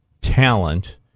talent